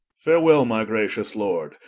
farewell my gracious lord,